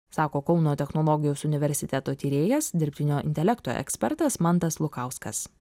sako kauno technologijos universiteto tyrėjas dirbtinio intelekto ekspertas mantas lukauskas